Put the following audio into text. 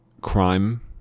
crime